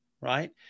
right